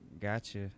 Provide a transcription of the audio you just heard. Gotcha